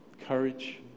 Courage